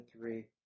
three